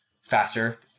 faster